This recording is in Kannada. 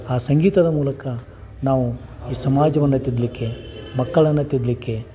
ಆ ಸಂಗೀತದ ಮೂಲಕ ನಾವು ಈ ಸಮಾಜವನ್ನು ತಿದ್ದಲಿಕ್ಕೆ ಮಕ್ಕಳನ್ನು ತಿದ್ದಲಿಕ್ಕೆ